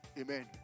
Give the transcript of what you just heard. Amen